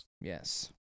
Yes